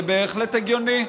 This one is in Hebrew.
זה בהחלט הגיוני.